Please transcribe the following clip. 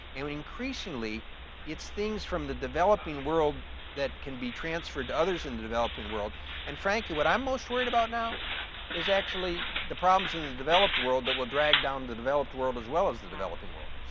and increasingly it's things from the developing world that can be transferred to others in the developing world and frankly what i'm most worried about now is actually the problems in the developed world that would drag down the developed world as well as the developing world.